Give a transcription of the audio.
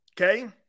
Okay